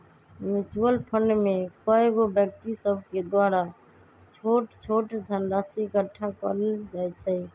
mutual fund में कएगो व्यक्ति सभके द्वारा छोट छोट धनराशि एकठ्ठा क लेल जाइ छइ